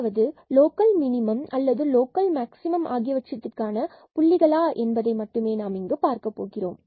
அதாவது local minimum local maximum ஆகியவற்றிற்கான புள்ளியா என்பதை மட்டும் பார்க்கப் போகிறோம்